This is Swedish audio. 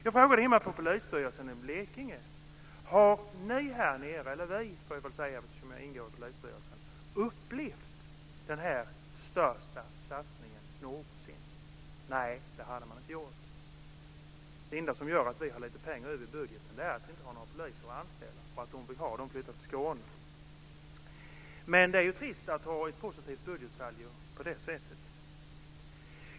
Jag frågade polisstyrelsen hemma i Blekinge om man hade upplevt denna den största satsningen någonsin. Nej, det hade man inte gjort. Det enda som gör att vi har lite pengar över i budgeten är att det inte finns några poliser att anställa och att de vi har flyttar till Skåne, sade man. Det är trist att ha ett positivt budgetsaldo när det är på det sättet.